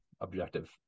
objective